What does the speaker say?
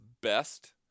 best